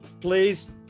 Please